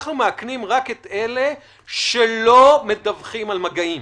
אנחנו מאכנים רק את אלה שלא מדווחים על מגעים.